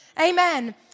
amen